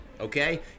okay